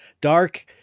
Dark